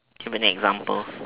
do you have any examples